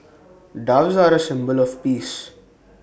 doves are A symbol of peace